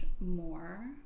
more